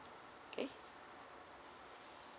K